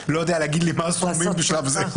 לא יודע להגיד לי מה הסכומים בשלב זה.